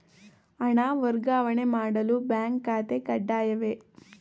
ಹಣ ವರ್ಗಾವಣೆ ಮಾಡಲು ಬ್ಯಾಂಕ್ ಖಾತೆ ಕಡ್ಡಾಯವೇ?